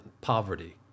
poverty